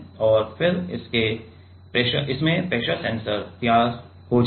और फिर इसमें प्रेशर सेंसर तैयार हो जाएगा